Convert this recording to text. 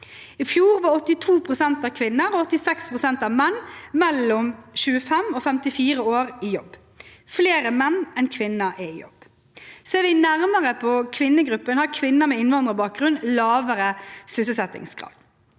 I fjor var 82 pst. av kvinner og 86 pst. av menn mellom 25 og 54 år i jobb. Flere menn enn kvinner er i jobb. Ser vi nærmere på kvinnegruppen, har kvinner med innvandrerbakgrunn lavere sysselsettingsgrad.